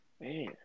Man